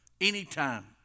Anytime